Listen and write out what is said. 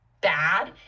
bad